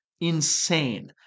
Insane